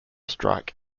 strike